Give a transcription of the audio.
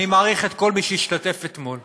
אני מעריך את כל מי שהשתתף אתמול,